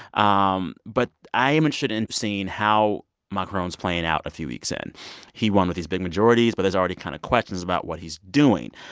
um but i am and interested in seeing how macron's playing out a few weeks in he won with these big majorities. but there's already kind of questions about what he's doing.